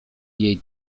jej